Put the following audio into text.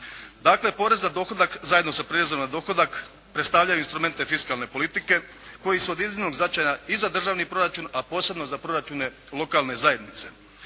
Dakle, porez na dohodak zajedno sa prirezom na dohodak predstavljaju instrumente fiskalne politike koji su od iznimnog značaja i za državni proračun, a posebno za proračune lokalne zajednice.